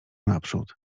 naprzód